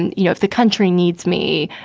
and you know, if the country needs me,